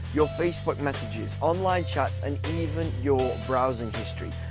your facebook messages, online chats and even your browsing history,